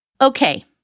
okay